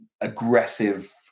aggressive